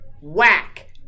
whack